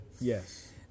yes